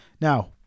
Now